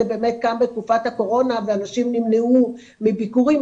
זה באמת קם בתקופת הקורונה ואנשים נמנעו מביקורים,